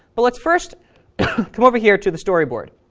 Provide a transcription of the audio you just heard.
but let's first come over here to the storyboard.